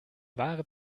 wahre